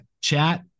chat